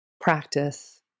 practice